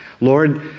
Lord